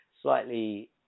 slightly